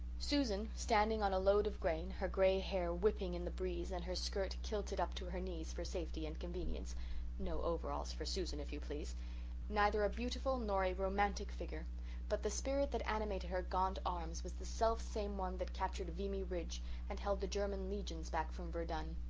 susan, standing on a load of grain, her grey hair whipping in the breeze and her skirt kilted up to her knees for safety and convenience no overalls for susan, if you please neither a beautiful nor a romantic figure but the spirit that animated her gaunt arms was the self-same one that captured vimy ridge and held the german legions back from verdun.